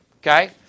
okay